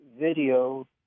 video